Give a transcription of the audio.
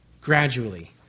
gradually